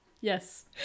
Yes